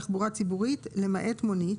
"תחבורה ציבורית" למעט מונית,